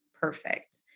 perfect